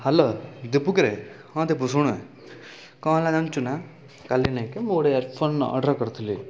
hello Dipu କିରେ ହଁ ଦିପୁ ଶୁଣେ କ'ଣ ହେଲା ଜାଣିଛୁ ନା କାଲି ନାଇଁ କି ମୁଁ ଗୋଟେ ଇୟାରଫୋନ୍ ଅର୍ଡ଼ର କରିଥିଲି